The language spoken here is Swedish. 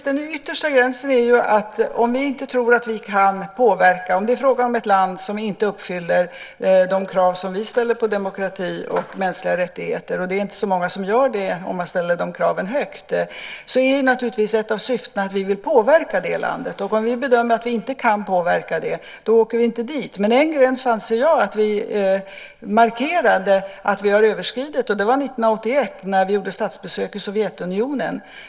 Den yttersta gränsen är om vi inte tror att vi kan påverka. Om det är fråga om ett land som inte uppfyller de krav som vi ställer på demokrati och mänskliga rättigheter, och det är inte så många som gör det om man sätter de kraven högt, är naturligtvis ett av syftena att vi vill påverka det landet. Om vi bedömer att vi inte kan påverka det, åker vi inte dit. Jag anser att vi markerade överskridandet av en gräns 1981 när vi gjorde statsbesök i Sovjetunionen.